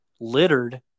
littered